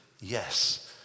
Yes